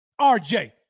RJ